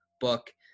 book